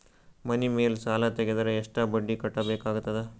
ಮನಿ ಮೇಲ್ ಸಾಲ ತೆಗೆದರ ಎಷ್ಟ ಬಡ್ಡಿ ಕಟ್ಟಬೇಕಾಗತದ?